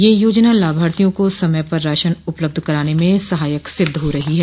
यह योजना लाभार्थियों को समय पर राशन उपलब्ध कराने में सहायक सिद्ध हो रही है